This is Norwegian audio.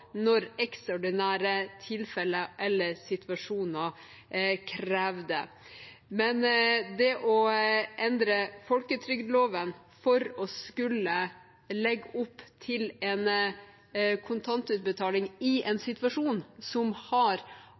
når ekstraordinære tilfeller eller situasjoner krever det. Men det å endre folketrygdloven for å skulle legge opp til en kontantutbetaling, i en situasjon som har